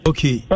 Okay